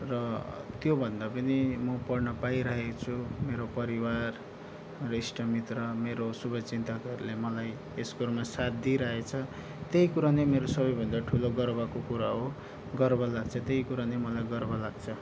र त्यो भन्दा पनि म पढ्न पाइरहेको छु मेरो परिवार मेरो इष्टमित्र मेरो शुभचिन्तकहरूले मलाई यस कुरोमा साथ दिइरहेको छ त्यही कुरा नै मेरो सबैभन्दा गर्वको कुरा हो गर्व लाग्छ त्यही कुराले मलाई गर्व लाग्छ